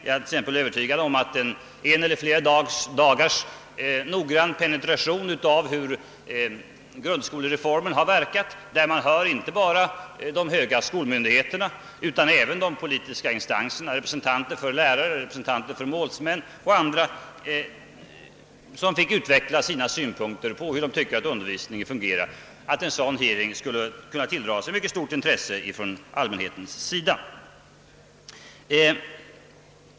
Jag är t.ex. övertygad om att en eller flera dagars noggrann penetrering av hur grundskolereformen har verkat, varvid repre sentanter för såväl skolmyndigheterna som de politiska instanserna, lärare, målsmän och elever fick utveckla sina synpunkter på hur undervisningen fungerar, skulle tilldra sig mycket stort intresse från allmänhetens sida.